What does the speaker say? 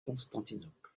constantinople